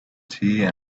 tea